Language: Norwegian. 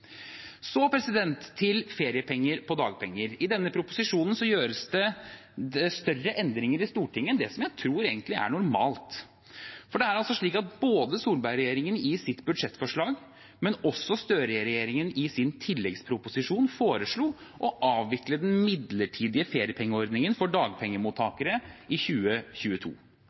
Så til feriepenger på dagpenger: I denne proposisjonen gjøres det større endringer i Stortinget enn det jeg tror er normalt. For det er altså slik at Solberg-regjeringen i sitt budsjettforslag, men også Støre-regjeringen i sin tilleggsproposisjon, foreslo å avvikle den midlertidige feriepengeordningen for dagpengemottakere i 2022.